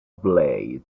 blade